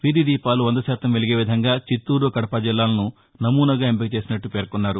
వీధి దీపాలు వంద శాతం వెలిగే విధంగా చిత్తూరు కడప జిల్లాలను నమూనాగా ఎంపిక చేసినట్లు పేర్నొన్నారు